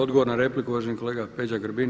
Odgovor na repliku uvaženi kolega Peđa Grbin.